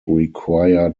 require